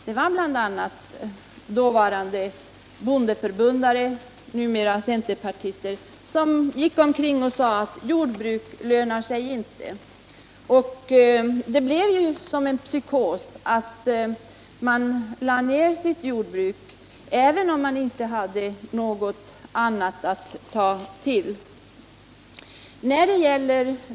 Det var bl.a. dåvarande bondeförbundare, nuvarande centerpartister, som gick omkring och sade att jordbruk inte lönar sig. Det blev ju som en psykos att man lade ned sitt jordbruk även om man inte hade något annat att ta till.